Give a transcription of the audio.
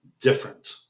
different